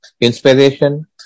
inspiration